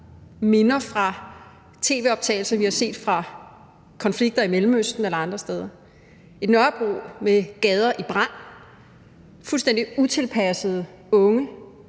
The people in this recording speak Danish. mindelser om tv-optagelser, vi har set, fra konflikter i Mellemøsten eller andre steder – billeder af et Nørrebro med gader i brand og fuldstændig utilpassede unge,